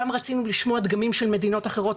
גם רצינו לשמוע דגמים של מדינות אחרות,